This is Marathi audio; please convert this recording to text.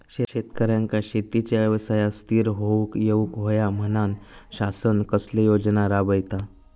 शेतकऱ्यांका शेतीच्या व्यवसायात स्थिर होवुक येऊक होया म्हणान शासन कसले योजना राबयता?